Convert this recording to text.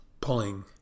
pulling